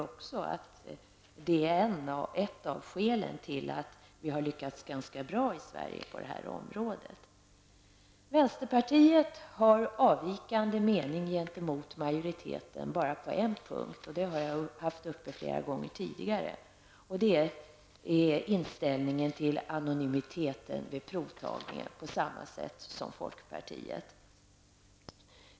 Det är skälet till att vi lyckats ganska bra i Sverige på detta område. Vänsterpartiet har en avvikande mening gentemot majoriteten bara på en punkt, som vi har haft uppe flera gånger tidigare, och det är inställningen till anonymiteten vid provtagningen, där vi tycker som folkpartiet.